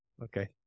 Okay